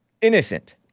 innocent